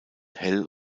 hell